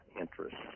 interests